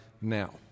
now